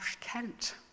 Kent